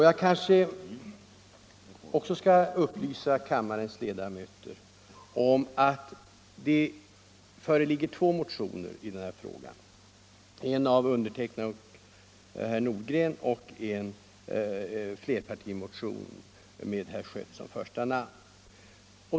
Jag kanske också skall upplysa kammarens ledamöter om att det föreligger två motioner i denna fråga, en av herr Nordgren och mig och en flerpartimotion med herr Schött som första namn.